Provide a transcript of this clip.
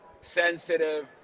sensitive